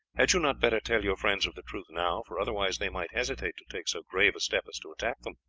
had you not better tell your friends of the truth now, for otherwise they might hesitate to take so grave a step as to attack them?